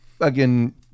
again